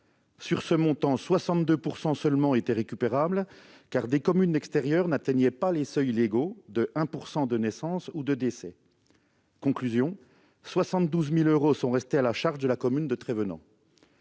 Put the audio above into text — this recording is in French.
euros, dont 62 % seulement étaient récupérables, car des communes extérieures n'atteignaient pas les seuils légaux de 1 % de naissance ou de décès. Résultat : 72 000 euros sont restés à la charge de la commune de Trévenans.